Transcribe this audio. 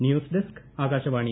news desk Akashvani